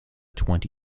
twenty